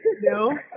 No